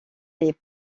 les